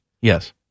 Yes